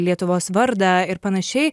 lietuvos vardą ir panašiai